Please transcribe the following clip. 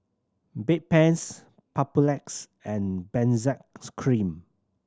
Bedpans Papulex and Benzac Cream